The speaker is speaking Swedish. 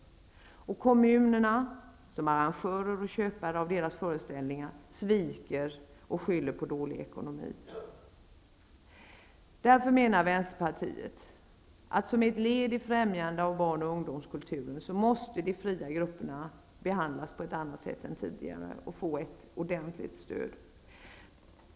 Kommunerna, som är arrangörer och köpare av deras föreställningar, sviker och skyller på dålig ekonomi. Vänsterpartiet menar därför att de fria grupperna som ett led i främjandet av barn och ungdomskulturen måste behandlas på ett annat sätt än tidigare och få ett ordentligt stöd.